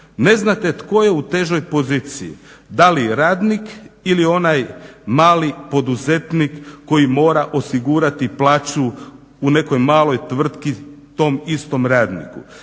ne znate tko je u težoj poziciji da li radnik ili onaj mali poduzetnik koji mora osigurati plaću u nekoj maloj tvrtki tom istom radniku.